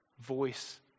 voice